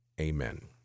Amen